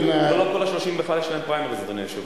על נזקי הגוף שהמבטח של האופנוע חייב בהם עקב התאונה,